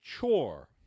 chore